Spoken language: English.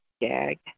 Gag